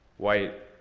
white,